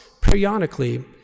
periodically